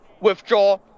withdraw